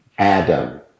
Adam